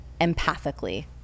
empathically